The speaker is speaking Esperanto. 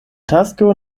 tasko